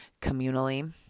communally